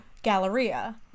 Galleria